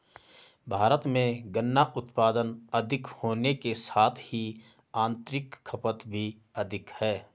भारत में गन्ना उत्पादन अधिक होने के साथ ही आतंरिक खपत भी अधिक है